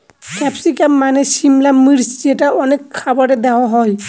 capsicum মানে সিমলা মির্চ যেটা অনেক খাবারে দেওয়া হয়